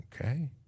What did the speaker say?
Okay